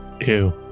Ew